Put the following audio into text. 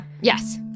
Yes